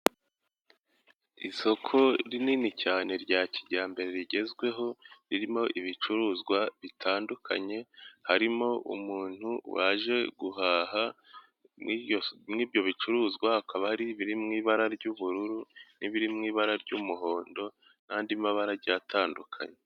Isoko rinini cyane rya kijyambere rigezweho ririmo ibicuruzwa bitandukanye, harimo umuntu waje guhaha ibyo bicuruzwa hakaba hari ibiri mu ibara ry'ubururu, n'ibiri mu ibara ry'umuhondo n'andi mabara agiye atandukanye.